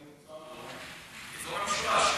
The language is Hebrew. מה שנקרא,